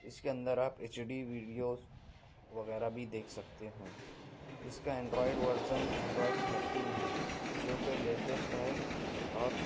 اس کے ادنر آپ ایچ ڈی دیڈیوز وغیرہ بھی دیکھ سکتے ہیں اس کا انڈروئڈ ورزن اینڈروئڈ تھرٹین ہے جو کہ لیٹیسٹ ہے اور